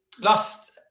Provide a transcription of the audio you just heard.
last